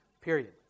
period